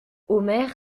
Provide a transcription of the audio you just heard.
omer